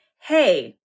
Hey